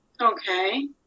Okay